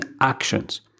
actions